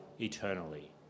eternally